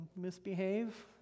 misbehave